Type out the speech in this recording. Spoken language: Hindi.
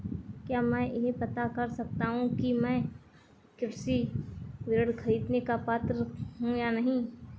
क्या मैं यह पता कर सकता हूँ कि मैं कृषि ऋण ख़रीदने का पात्र हूँ या नहीं?